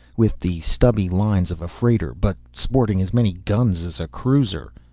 with the stubby lines of a freighter but sporting as many guns as a cruiser.